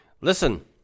Listen